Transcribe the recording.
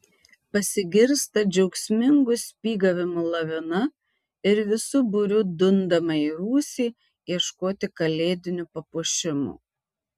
pasigirsta džiaugsmingų spygavimų lavina ir visu būriu dundama į rūsį ieškoti kalėdinių papuošimų